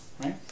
right